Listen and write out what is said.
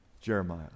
Jeremiah